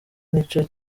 nico